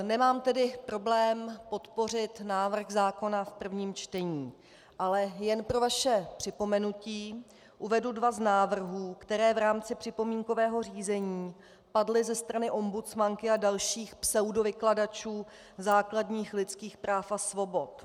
Nemám tedy problém podpořit návrh zákona v prvním čtení, ale jen pro vaše připomenutí uvedu dva z návrhů, které v rámci připomínkového řízení padly ze strany ombudsmanky a dalších pseudovykladačů základních lidských práv a svobod.